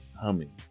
humming